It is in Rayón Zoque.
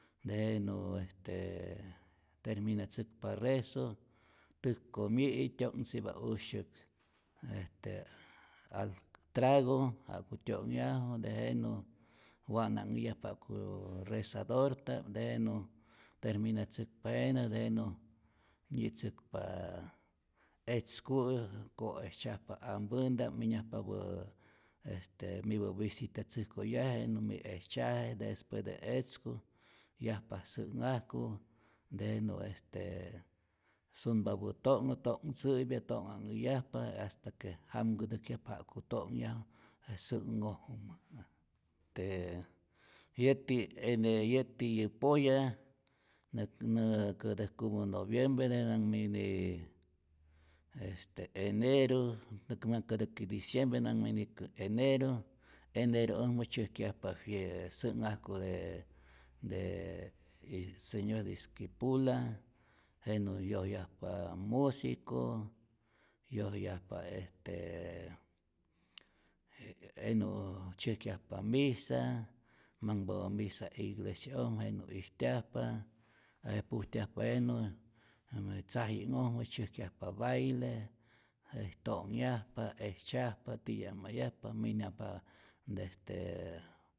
Tejenä este terminatzäkpa rezo täk komi'i tyo'nhtzi'pa usyäk este alc trago ja'ku tyo'nyaju, tejenä wa'nahäyajpa ja'ku rezadorta'p, tejenä terminatzäkpa jenä, tejenä nyi'tzäkpa etzku'i, koejtzyajpa ampänta'p, minyajpapä este mipä visitatzäjkoyaje nämi ejtyzaje, despues de etzku yajpa sä'nhajku, tejenä este sunpapä to'nhä to'nhtzä'pya, to'nhanhäyjapa hasta que jamkätäjkyajpa ja'ku to'nhyaju je sä'nhojmä, este yäti ene yäti yä poya nä nä kätäjkupä noviembre, tejenä nä manh mini este eneru, näkä manh kätäki diciembre, nä manh mini kä eneru, eneru'ojmä tzyäjkyajpa fies sä'nhajku je de y señor de esquipula, jenä yojyajpa musico, yojyajpa est, jenä tzyäjkyajpa misa, manhpapä misa iglesia'ojmä jenä ijtyajpa, avece pujtyajpa jenä, jenä tzaji'nhojmä tzyäjkyajpa baile, je to'nhyajpa, ejtzyajpa, titya'majyajpa, minyajpa de est.